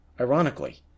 Ironically